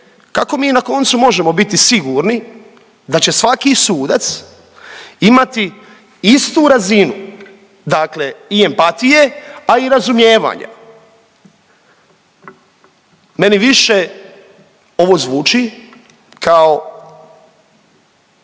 kako mi na koncu možemo biti sigurni da će svaki sudac imati istu razinu dakle i empatije, a i razumijevanja? Meni više ovo zvuči kao